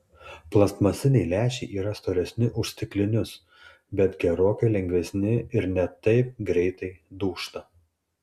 plastmasiniai lęšiai yra storesni už stiklinius bet gerokai lengvesni ir ne taip greitai dūžta